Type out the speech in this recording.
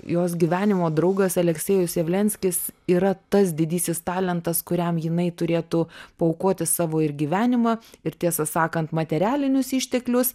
jos gyvenimo draugas aleksejus javlenskis yra tas didysis talentas kuriam jinai turėtų paaukoti savo ir gyvenimą ir tiesą sakant materialinius išteklius